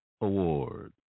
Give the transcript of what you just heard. Award